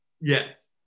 Yes